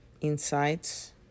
insights